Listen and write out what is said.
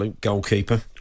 goalkeeper